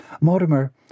Mortimer